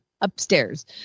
upstairs